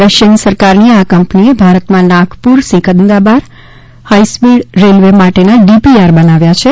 Russian સરકારની આ કંપનીએ ભારતમાં નાગપુર સિકંદરાબાદ હાઇસ્પીડ રેલવે માટેના ડીપીઆર બનાવ્યા છે